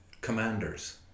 commanders